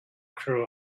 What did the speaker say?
crew